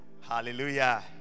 Hallelujah